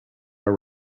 are